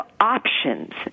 options